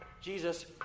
Jesus